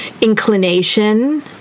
inclination